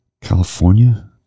California